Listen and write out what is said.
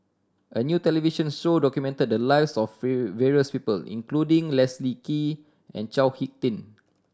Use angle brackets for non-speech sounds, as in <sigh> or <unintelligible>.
a new television show documented the lives of <unintelligible> various people including Leslie Kee and Chao Hick Tin